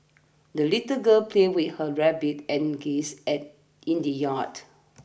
the little girl played with her rabbit and geese at in the yard